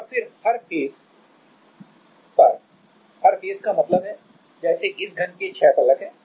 और फिर हर फेस पर हर फेस का मतलब है जैसे इस घन के छह फलक हैं